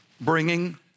bringing